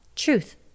truth